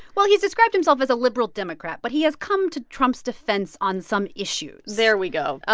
well, he's described himself as a liberal democrat. but he has come to trump's defense on some issues there we go.